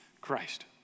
Christ